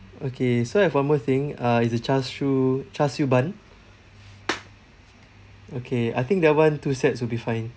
okay so I have one more thing uh is the char siu char siu bun okay I think that [one] two sets will be fine